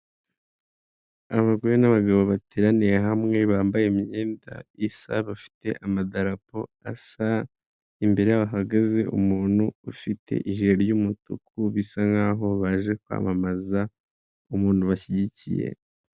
Abagore n'abagabo bateraniye hamwe bambaye imyenda isa bafite amadarapo asa, imbere yaho hahagaze umuntu ufite ijiri ry'umutuku bisa nkaho baje kwamamaza umuntu bashyigikiye.